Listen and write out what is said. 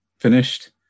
finished